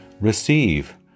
receive